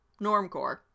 Normcore